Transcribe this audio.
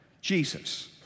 Jesus